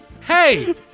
Hey